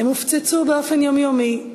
הם הופצצו באופן יומיומי,